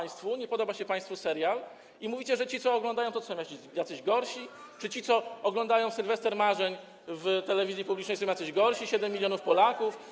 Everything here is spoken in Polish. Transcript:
Nie podoba się państwu serial, to mówicie, że ci, co go oglądają, to są jacyś gorsi, czy ci, co oglądają Sylwester Marzeń w telewizji publicznej, są jacyś gorsi - 7 mln Polaków.